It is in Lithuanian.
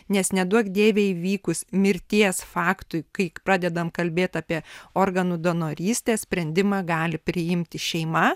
nes neduok dieve įvykus mirties faktui kai pradedam kalbėt apie organų donorystę sprendimą gali priimti šeima